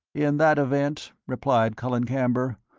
in that event, replied colin camber,